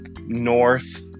north